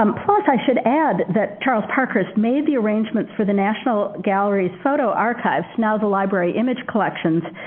um plus i should add that charles parkhurst made the arrangements for the national gallery's photo archives, now the library image collections,